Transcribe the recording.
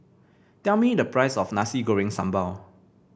tell me the price of Nasi Goreng Sambal